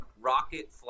rocket